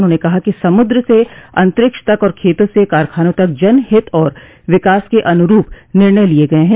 उन्होंने कहा कि समुद्र से अंतरिक्ष तक और खेतों से कारखानों तक जन हित और विकास के अन्रूप निर्णय लिए गए हैं